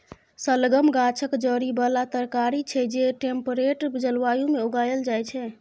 शलगम गाछक जड़ि बला तरकारी छै जे टेम्परेट जलबायु मे उगाएल जाइ छै